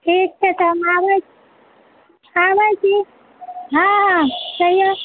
ठीक छै तब हम आबै छी हॅं कहियौ